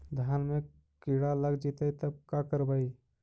धान मे किड़ा लग जितै तब का करबइ?